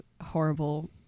horrible